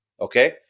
okay